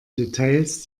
details